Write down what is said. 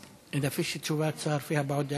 אם אין תשובת שר יש הבעות דעה?